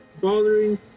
bothering